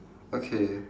okay